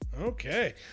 Okay